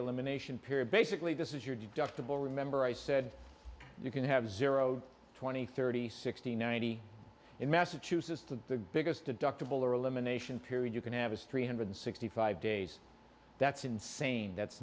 eliminate period basically this is your deductible remember i said you can have zero twenty thirty sixty ninety in massachusetts the biggest deductible or elimination period you can have is three hundred sixty five days that's insane that's